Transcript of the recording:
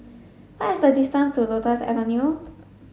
what is the distance to Lotus Avenue